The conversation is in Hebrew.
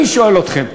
אני שואל אתכם,